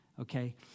okay